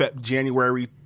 January